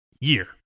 year